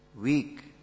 weak